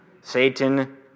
Satan